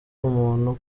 umuntu